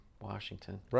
Washington